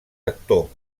actor